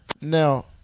Now